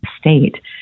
state